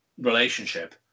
relationship